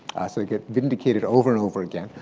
so, you get vindicated over and over again,